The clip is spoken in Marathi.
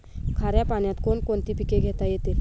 खाऱ्या पाण्यात कोण कोणती पिके घेता येतील?